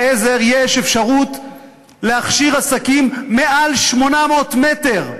בחוק העזר יש אפשרות להכשיר עסקים מעל 800 מטר.